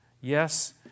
Yes